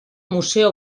museo